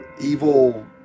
evil